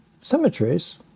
cemeteries